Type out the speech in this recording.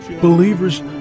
Believers